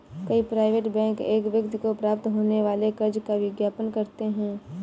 कई private bank एक व्यक्ति को प्राप्त होने वाले कर्ज का विज्ञापन करते हैं